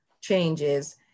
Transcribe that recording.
changes